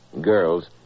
Girls